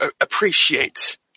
appreciate